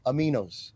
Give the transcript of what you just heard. Aminos